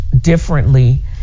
differently